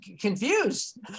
confused